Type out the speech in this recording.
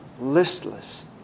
listless